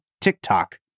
TikTok